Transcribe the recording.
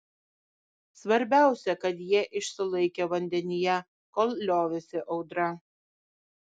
svarbiausia kad jie išsilaikė vandenyje kol liovėsi audra